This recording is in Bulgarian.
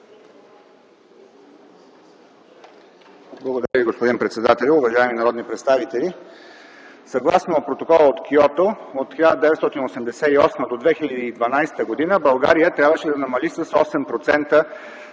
Благодаря Ви, господин председателю. Уважаеми народни представители, съгласно Протокола от Киото от 1988 до 2012 г. България трябваше да намали с 8%